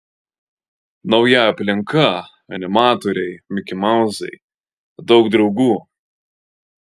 nauja aplinka animatoriai mikimauzai daug draugų